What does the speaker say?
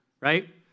right